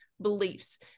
beliefs